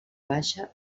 baixa